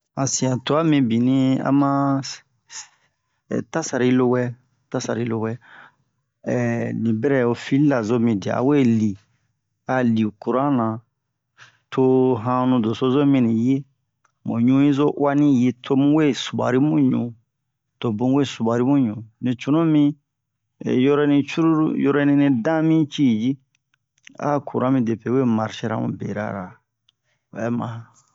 Han sian twa mibini a ma tasari lowɛ tasari lowɛ ni bɛrɛ o fil la zo mi dia awe li a li kuran na to hanu doso zo mini yi mu ɲu'i zo uwa ni yi to mu we subari mu ɲu to bun we subari mu ɲu ni cunu mi yoroni cruru yoroni nɛ dan mi ci ji a'a curan midepe we marshera mu bera ra o bɛ mare